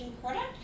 product